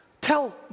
tell